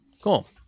Cool